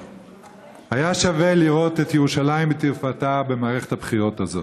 היה שווה לראות את ירושלים בתפארתה במערכת הבחירות הזאת.